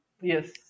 Yes